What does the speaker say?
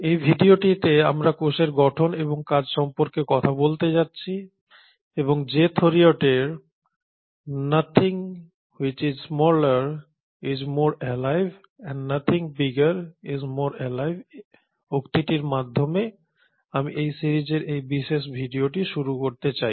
এই ভিডিওতে আমরা কোষের গঠন এবং কাজ সম্পর্কে কথা বলতে যাচ্ছি এবং জে থেরিয়টের "Nothing which is smaller is more alive and nothing bigger is more alive" উক্তিটির মাধ্যমে আমি এই সিরিজের এই বিশেষ ভিডিওটি শুরু করতে চাই